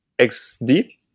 XD